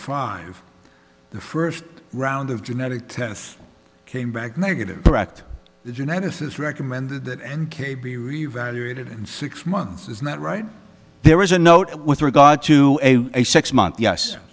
five the first round of genetic tests came back negative correct geneticists recommended that n k be revaluated in six months is not right there was a note with regard to a six month yes